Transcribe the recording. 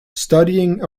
studying